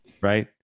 Right